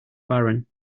barren